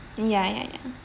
ya ya ya